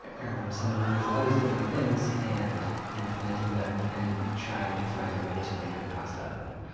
ah heirloom semolinas, all these different things, and and planting them and trying to find a way to make good pasta out of them.